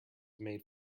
made